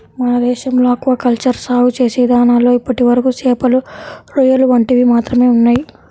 మన దేశంలో aquaculture సాగు చేసే ఇదానాల్లో ఇప్పటివరకు చేపలు, రొయ్యలు వంటివి మాత్రమే ఉన్నయ్